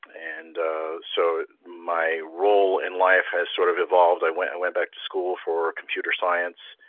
and so my role in life has sort of evolved. i went and went back to school for computer science.